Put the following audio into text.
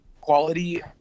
quality